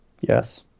Yes